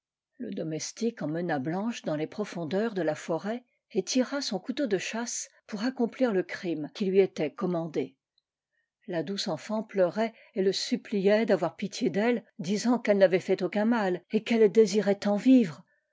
le domestique emmena blanche dans les profondeurs de la forêt et tira son couteau de chasse pour accomplir le crime qui lui était commandé la douce enfant pleurait et le suppliait d'avoir pitié d'elle disant qu'elle n'avait fait aucun mal et qu'elle désirait tant vivre